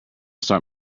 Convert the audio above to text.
start